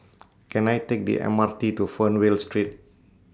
Can I Take The M R T to Fernvale Street